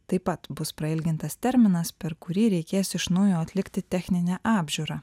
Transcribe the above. taip pat bus prailgintas terminas per kurį reikės iš naujo atlikti techninę apžiūrą